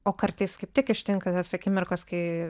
o kartais kaip tik ištinka akimirkos kai